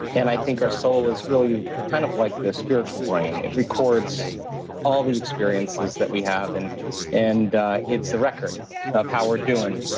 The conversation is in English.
and i think our soul is really kind of like the spiritual brain. it records all the experiences that we have. and and it's the record of how we're doing.